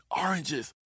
oranges